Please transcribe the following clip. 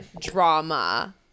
drama